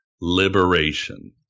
liberation